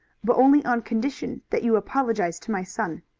but only on condition that you apologize to my son.